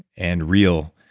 and real,